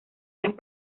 las